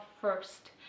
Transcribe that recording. first